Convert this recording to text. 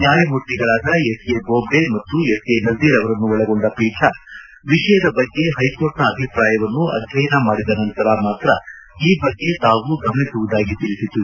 ನ್ಯಾಯಮೂರ್ತಿಗಳಾದ S A Bobde ಮತ್ತು S A Nazeer ಅವರನ್ನೊಳಗೊಂಡ ಪೀಠ ವಿಷಯದ ಬಗ್ಗೆ ಹೈಕೋರ್ಟ್ ನ ಅಭಿಪ್ರಾಯವನ್ನು ಅಧ್ಯಯನ ಮಾಡಿದ ನಂತರ ಮಾತ್ರ ಈ ಬಗ್ಗೆ ತಾವು ಗಮನಿಸುವುದಾಗಿ ತಿಳಿಸಿತು